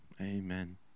Amen